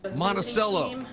monticello,